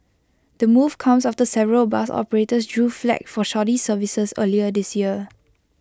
the move comes after several bus operators drew flak for shoddy services earlier this year